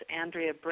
Andrea